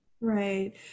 Right